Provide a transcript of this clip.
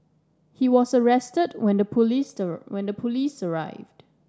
he was arrested when the police when the police arrived